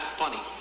funny